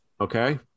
Okay